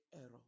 error